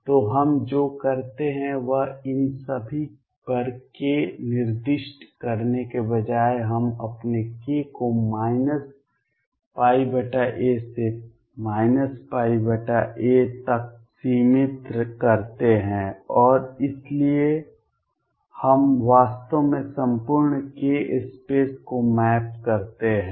तो हम जो करते हैं वह इन सभी पर k निर्दिष्ट करने के बजाय हम अपने k को इस माइनस a से a तक सीमित करते हैं और इसलिए हम वास्तव में संपूर्ण k स्पेस को मैप करते हैं